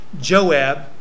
Joab